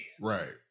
Right